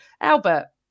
Albert